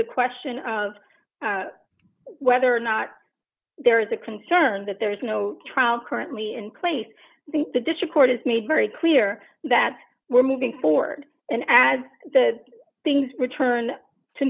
the question of whether or not there is a concern that there is no trial currently in place i think the district court has made very clear that we're moving forward and add that things returned to